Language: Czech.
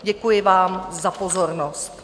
Děkuji vám za pozornost.